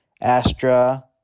Astra